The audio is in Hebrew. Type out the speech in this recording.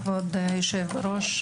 כבוד היושב-ראש,